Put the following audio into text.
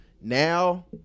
now